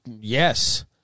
yes